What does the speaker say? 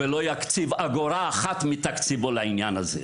הוא לא יקציב אגורה אחת מתקציבו לעניין הזה.